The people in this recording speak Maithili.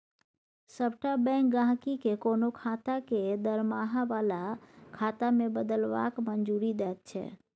सभटा बैंक गहिंकी केँ कोनो खाता केँ दरमाहा बला खाता मे बदलबाक मंजूरी दैत छै